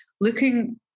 looking